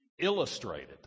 illustrated